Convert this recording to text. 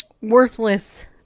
worthless